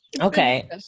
okay